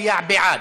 מצביע בעד.